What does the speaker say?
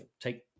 take